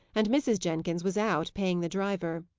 and mrs. jenkins was out, paying the driver.